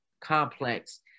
complex